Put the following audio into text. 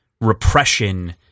repression